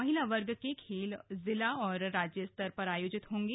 महिला वर्ग के खेल जिला और राज्य स्तर पर आयोजित होंगे